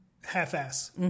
half-ass